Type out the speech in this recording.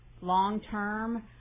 long-term